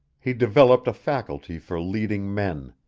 he developed a faculty for leading men.